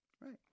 right